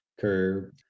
curve